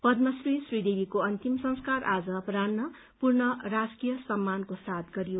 पद्यमश्री श्रीदेवीको अन्तिम संस्कार आज अपरान्न पूर्ण राजकीय सम्मानको साथ गरियो